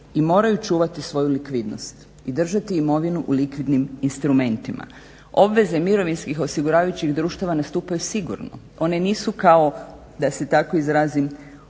i moraju čuvati svoju likvidnost i držati imovinu u likvidnim instrumentima. Obveze mirovinskih osiguravajućih društava nastupaju sigurno, one nisu kao da se tako izrazim